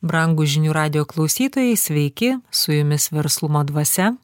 brangūs žinių radijo klausytojai sveiki su jumis verslumo dvasia